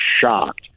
shocked